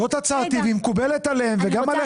זאת הצעתי והיא מקובלת עליהם וגם עליכם.